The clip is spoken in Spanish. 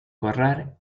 corral